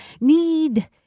need